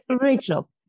Rachel